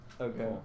Okay